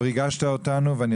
אני מבקש ממך משהו: ריגשת אותנו,